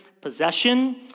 possession